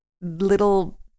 little